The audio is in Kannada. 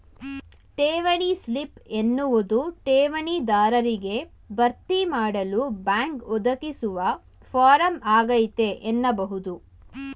ಠೇವಣಿ ಸ್ಲಿಪ್ ಎನ್ನುವುದು ಠೇವಣಿ ದಾರರಿಗೆ ಭರ್ತಿಮಾಡಲು ಬ್ಯಾಂಕ್ ಒದಗಿಸುವ ಫಾರಂ ಆಗೈತೆ ಎನ್ನಬಹುದು